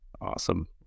Awesome